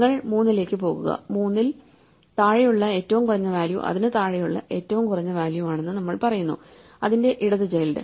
നിങ്ങൾ മൂന്നിലേക്ക് പോകുക മൂന്നിൽ താഴെയുള്ള ഏറ്റവും കുറഞ്ഞ വാല്യൂ അതിനു താഴെയുള്ള ഏറ്റവും കുറഞ്ഞ വാല്യൂ ആണെന്ന് നമ്മൾ പറയുന്നു അതിന്റെ ഇടതു ചൈൽഡ്